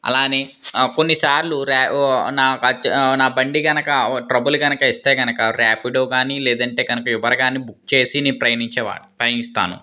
అలానే కొన్నిసార్లు రే నా బండి కనుక ట్రబుల్ కనుక ఇస్తే కనుక ర్యాపిడో కానీ లేదంటే కనుక ఊబర్ కానీ బుక్ చేసి నేను ప్రయాణించే వాడిని ప్రయణిస్తాను